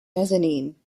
mezzanine